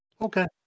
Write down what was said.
Okay